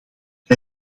zij